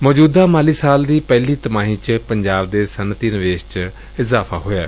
ਮੌਜੁਦਾ ਮਾਲੀ ਸਾਲ ਦੀ ਪਹਿਲੀ ਤਿਮਾਹੀ ਚ ਪੰਜਾਬ ਦੇ ਸੱਨਅਤੀ ਨਿਵੇਸ਼ ਵਿਚ ਇਜ਼ਾਫ਼ਾ ਹੋਇਐ